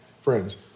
friends